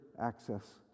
access